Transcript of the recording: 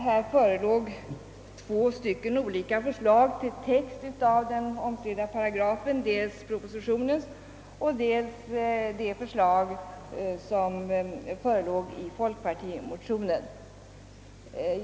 Här förelåg ju två olika förslag till text av den omstridda paragrafen, dels propositionens och dels folkpartimotionens.